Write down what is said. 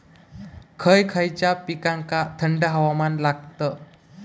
खय खयच्या पिकांका थंड हवामान लागतं?